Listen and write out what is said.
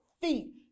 feet